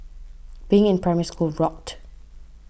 being in Primary School rocked